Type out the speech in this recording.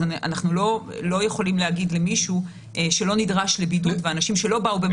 אז אנחנו לא יכולים להגיד למישהו שלא נדרש לבידוד שייבדק.